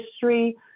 history